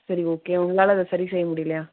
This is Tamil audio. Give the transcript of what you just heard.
சரி ஓகே உங்களால் அதை சரி செய்ய முடியலையா